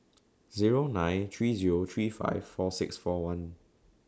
Zero nine three Zero three five four six four one